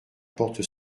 porte